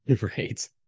Right